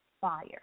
fire